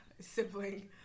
sibling